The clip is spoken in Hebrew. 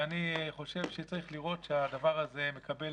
ואני חושב שצריך לראות שהדבר הזה מקבל